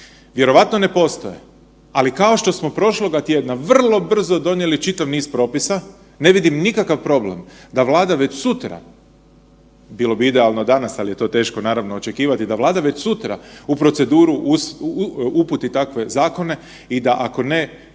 Vjerojatno ne postoje. Ali kao što smo prošloga tjedna vrlo brzo donijeli čitav niz propisa, ne vidim nikakav problem da Vlada već sutra, bilo bi idealno danas, al je to teško naravno očekivati da Vlada već sutra u proceduru uputi takve zakone i da ako ne